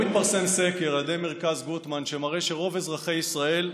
היום התפרסם סקר על ידי מרכז גוטמן שמראה שרוב אזרחי ישראל,